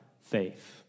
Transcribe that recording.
faith